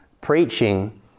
preaching